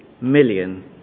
million